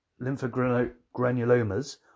lymphogranulomas